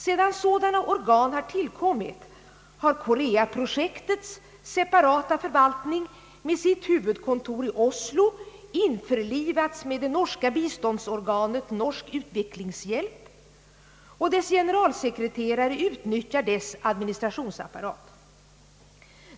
Sedan sådana organ tillkommit, har Korea-projektets separata förvaltning med sitt huvudkontor i Oslo införlivats med det norska biståndsorganet Norsk utviklingshjelp, och dess generalsekreterare utnyttjar dess administrationsapparat.